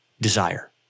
desire